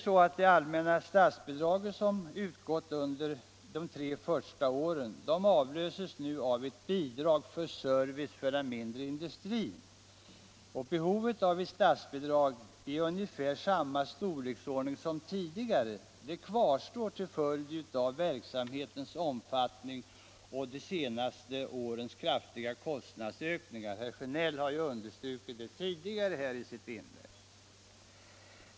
Det allmänna statsbidraget, som utgått under de tre första åren, avlöses nu av ett bidrag för service för den mindre industrin. Behovet av ett statsbidrag i ungefär samma storleksordning som tidigare kvarstår till följd av verksamhetens omfattning och de senaste årens kraftiga kostnadsökningar. Herr Sjönell har tidigare understrukit detta i sitt inlägg.